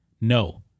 no